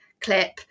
clip